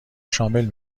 شامل